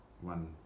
one